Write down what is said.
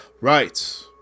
Right